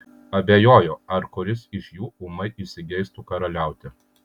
abejoju ar kuris iš jų ūmai įsigeistų karaliauti